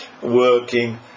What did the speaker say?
working